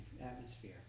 atmosphere